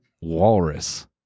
walrus